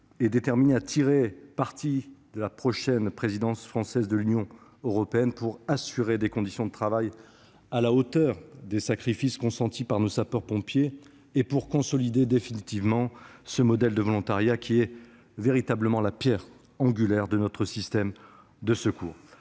est déterminé à tirer parti de la prochaine présidence française du Conseil de l'Union européenne pour assurer des conditions de travail à la hauteur des sacrifices consentis par nos sapeurs-pompiers et pour consolider définitivement ce modèle de volontariat qui est véritablement la pierre angulaire de notre système de secours.